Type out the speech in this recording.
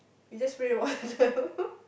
we just spray water